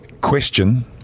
Question